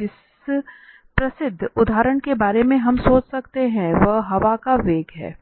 जिस प्रसिद्ध उदाहरण के बारे में हम सोच सकते हैं वह हवा का वेग हैं